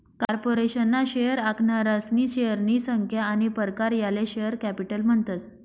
corporation ना share आखनारासनी शेअरनी संख्या आनी प्रकार याले शेअर कॅपिटल म्हणतस